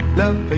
love